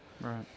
Right